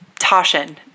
Toshin